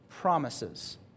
promises